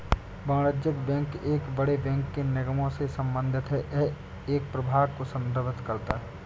वाणिज्यिक बैंक एक बड़े बैंक के निगमों से संबंधित है एक प्रभाग को संदर्भित करता है